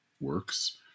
works